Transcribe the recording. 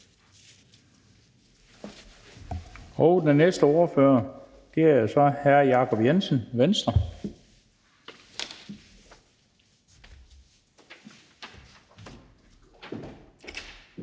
Den næste ordfører er så hr. Jacob Jensen, Venstre.